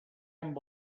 amb